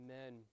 Amen